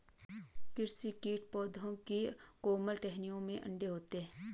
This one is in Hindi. कृषि कीट पौधों की कोमल टहनियों में अंडे देते है